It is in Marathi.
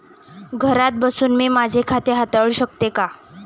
घरात बसून मी माझे खाते हाताळू शकते का?